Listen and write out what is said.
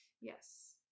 Yes